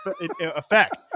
effect